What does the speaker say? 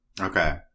Okay